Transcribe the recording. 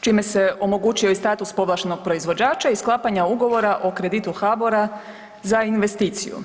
čime se omogućio i status povlaštenog proizvođača i sklapanju ugovora o kreditu HABOR-a za investiciju.